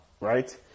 right